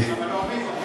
אבל אוהבים אותך.